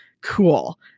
cool